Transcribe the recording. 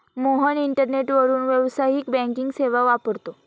मोहन इंटरनेटवरून व्यावसायिक बँकिंग सेवा वापरतो